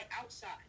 outside